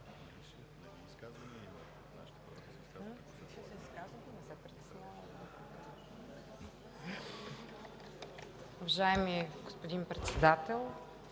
Уважаеми господин Председател,